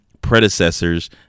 predecessors